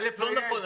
א', לא נכון.